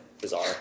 Bizarre